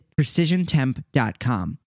PrecisionTemp.com